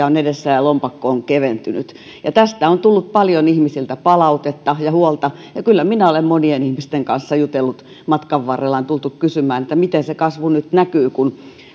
on edessä ja lompakko on keventynyt tästä on tullut paljon ihmisiltä palautetta ja huolta ja kyllä minä olen monien ihmisten kanssa jutellut kun matkan varrella on tultu kysymään että miten se kasvu nyt näkyy kun